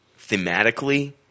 thematically